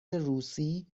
روسی